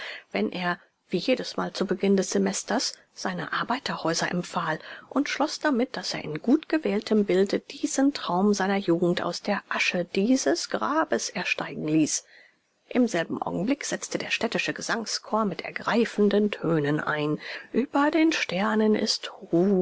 wenn er wie jedesmal zu beginn des semesters seine arbeiterhäuser empfahl und schloß damit daß er in gutgewähltem bilde diesen traum seiner jugend aus der asche dieses grabes ersteigen ließ im selben augenblick setzte der städtische gesangschor mit ergreifenden tönen ein über den sternen ist